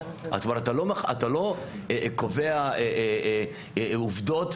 אתה לא קובע עובדות,